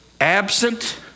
Absent